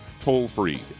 toll-free